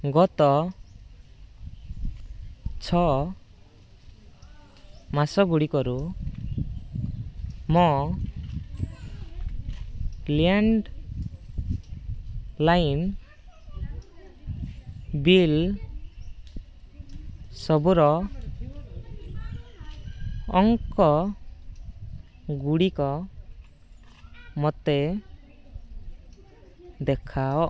ଗତ ଛଅ ମାସ ଗୁଡ଼ିକରୁ ମୋ ଲ୍ୟାଣ୍ଡ ଲାଇନ୍ ବିଲ୍ ସବୁର ଅଙ୍କ ଗୁଡ଼ିକ ମୋତେ ଦେଖାଅ